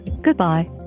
Goodbye